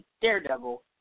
Daredevil